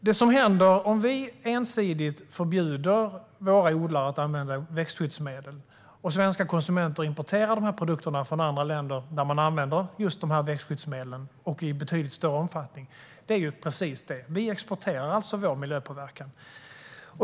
Det som händer om vi ensidigt förbjuder våra odlare att använda växtskyddsmedel, och svenska konsumenter i stället köper importerade produkter från andra länder där man använder just de här växtskyddsmedlen och i betydligt större omfattning, är precis det: Vi exporterar vår miljöpåverkan.